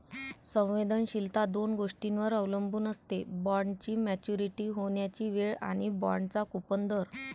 संवेदनशीलता दोन गोष्टींवर अवलंबून असते, बॉण्डची मॅच्युरिटी होण्याची वेळ आणि बाँडचा कूपन दर